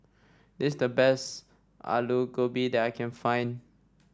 this is the best Alu Gobi that I can find